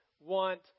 want